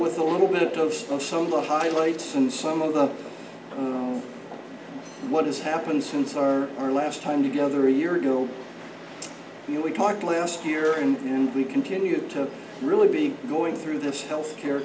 with a little bit of oh so low highlights and some of the what has happened since our our last time together a year ago you know we talked last year and we continued to really be going through this health care